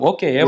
Okay